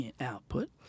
output